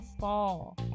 fall